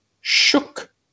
shook